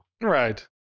Right